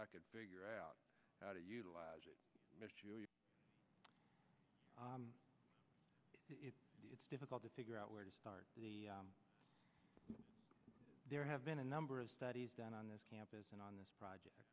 i could figure out how to utilize it it's difficult to figure out where to start there have been a number of studies done on this campus and on this project